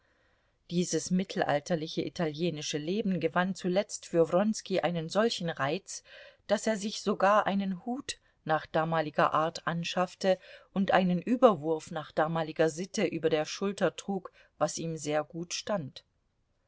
dieses mittelalterliche italienische leben gewann zuletzt für wronski einen solchen reiz daß er sich sogar einen hut nach damaliger art anschaffte und einen überwurf nach damaliger sitte über der schulter trug was ihm sehr gut stand